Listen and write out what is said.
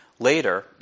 Later